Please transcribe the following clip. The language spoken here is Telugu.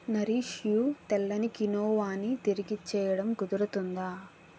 నరిష్ యు తెల్లని కినోవా ని తిరిగిచ్చేయడం కుదురుతుందా